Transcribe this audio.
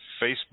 facebook